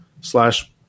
slash